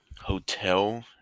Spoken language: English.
hotel